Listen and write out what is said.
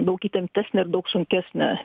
daug įtemptesnė ir daug sunkesnė